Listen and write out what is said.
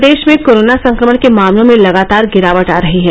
प्रदेश में कोरोना संक्रमण के मामलों में लगातार गिरावट आ रही है